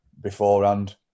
beforehand